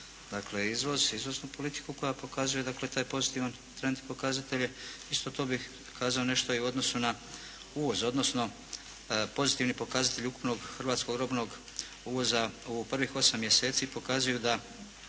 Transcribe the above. dakle izvoz, izvoznu politiku koja pokazuje dakle taj pozitivan trend pokazatelja. Isto tu bih kazao nešto i u odnosu na uvoz odnosno pozitivni pokazatelji ukupnog hrvatskog robnog uvoza u prvih osam mjeseci pokazuju da